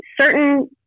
certain